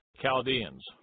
Chaldeans